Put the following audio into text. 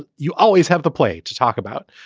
ah you always have the play to talk about.